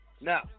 Now